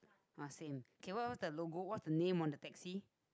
ah same okay what what what's the logo what's the name on the taxi